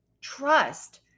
trust